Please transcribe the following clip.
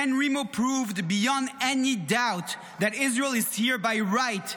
San Remo proof beyond any doubt that Israel is here by right,